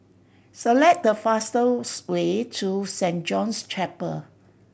select the fastest way to Saint John's Chapel